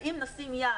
ואם נשים יד,